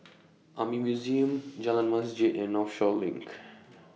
Army Museum Jalan Masjid and Northshore LINK